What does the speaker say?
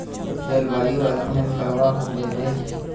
जलवायु अध्यन करवा होबे बे?